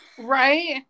Right